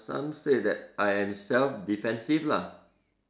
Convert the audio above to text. some said that I am self defensive lah